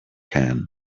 can